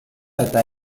eta